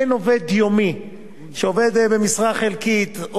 אין עובד יומי שעובד במשרה חלקית,